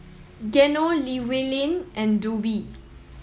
Geno Llewellyn and Dovie